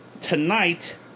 tonight